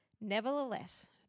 Nevertheless